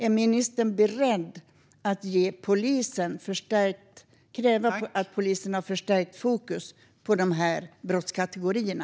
Är ministern beredd att kräva att polisen har förstärkt fokus på de här brottskategorierna?